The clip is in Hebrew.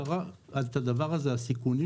את הדבר הזה, הסיכונים